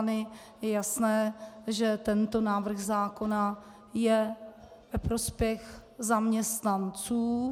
Je jasné, že tento návrh zákona je ve prospěch zaměstnanců.